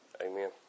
Amen